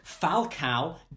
Falcao